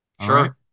Sure